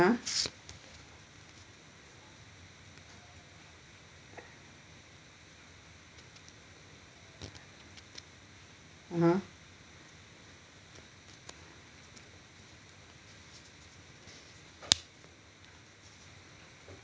(uh huh)